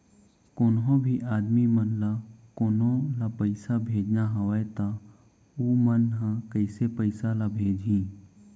कोन्हों भी आदमी मन ला कोनो ला पइसा भेजना हवय त उ मन ह कइसे पइसा ला भेजही?